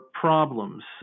problems